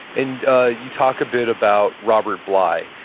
and ah you talk a bit about robert bly.